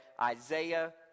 Isaiah